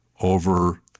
over